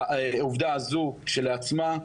העובדה הזו כשלעצמה תאפשר,